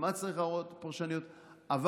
על